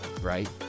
right